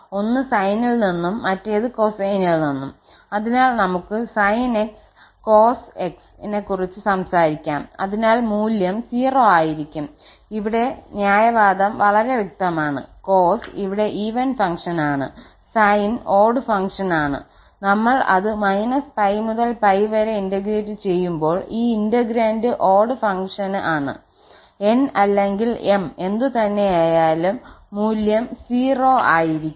ഒന്ന് സൈനിൽ നിന്നും മറ്റേത് കോ സൈനിൽ നിന്നും അതിനാൽ നമുക്ക് sin 𝑥 cos 𝑥 നെ കുറിച്ച് സംസാരിക്കാം അതിനാൽ മൂല്യം 0 ആയിരിക്കും ഇവിടെ ന്യായവാദം വളരെ വ്യക്തമാണ് cos ഇവിടെ ഈവൻ ഫങ്ക്ഷനാണ് sin ഓഡ്ഡ് ഫങ്ക്ഷനാണ് നമ്മൾ അത് π മുതൽ π വരെ ഇന്റഗ്രേറ്റ് ചെയ്യുമ്പോൾ ഈ integrand odd function odd function ആണ് 𝑛 അല്ലെങ്കിൽ 𝑚 എന്തുതന്നെയായാലുംമൂല്യം 0 ആയിരിക്കും